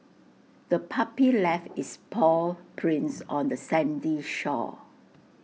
the puppy left its paw prints on the sandy shore